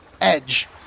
edge